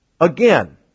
again